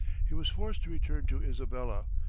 he was forced to return to isabella,